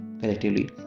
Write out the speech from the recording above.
collectively